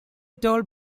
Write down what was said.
told